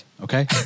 Okay